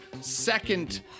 second